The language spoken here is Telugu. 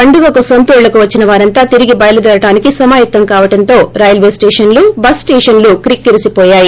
పండగకు నొంతూళ్లకు వచ్చిన వారంతా తిరిగి బయలుదేరటానికి సమాయత్తం కావటంతో రైల్వే స్టేషన్ లు బస్సు స్టేషన్ లు కిక్కి రిసి పోయాయి